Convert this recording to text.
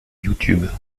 youtube